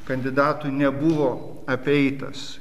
kandidatų nebuvo apeitas